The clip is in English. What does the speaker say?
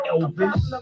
Elvis